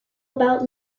about